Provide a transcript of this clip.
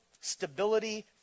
stability